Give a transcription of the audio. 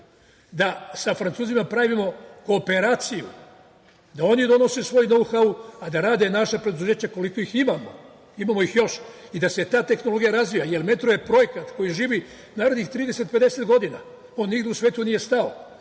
da sa Francuzima pravimo kooperaciju da oni donose svoj „know how“ a da rade naša preduzeća koliko ih imamo. Imamo ih još i da se ta tehnologija razvija, jer metro je projekat koji živi narednih 30-50 godina. On nigde u svetu nije stao